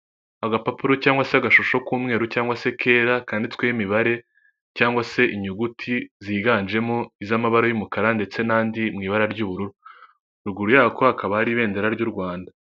Agapapuro cyangwag se agashusho k'umweru cyangwa se kera kanditsweho imibare cyangwa se inyuguti ziganjemo iz'amabara y'umukara ndetse n'andi mu ibara ry'ubururu, ruguru yako hakaba ari ibendera ry'u Rwanda.